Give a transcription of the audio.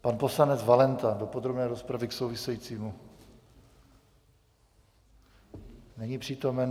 Pan poslanec Valenta do podrobné rozpravy k souvisejícímu tisku není přítomen.